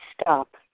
stop